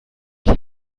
dem